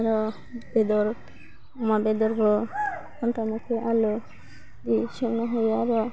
आरो बेदर अमा बेदरबो फान्थाव नाखि आलु बिदि संनो हायो आरो